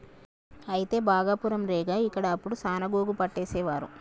అయితే భాగపురం రేగ ఇక్కడ అప్పుడు సాన గోగు పట్టేసేవారు